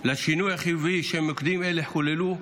לשינוי החיובי שמוקדים אלה חוללו,